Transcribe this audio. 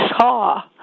saw